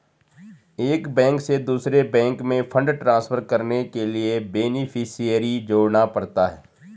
एक बैंक से दूसरे बैंक में फण्ड ट्रांसफर करने के लिए बेनेफिसियरी जोड़ना पड़ता है